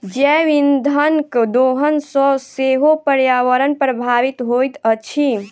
जैव इंधनक दोहन सॅ सेहो पर्यावरण प्रभावित होइत अछि